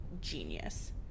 genius